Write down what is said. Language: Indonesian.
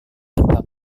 tanpa